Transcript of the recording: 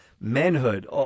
manhood